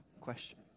Question